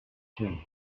him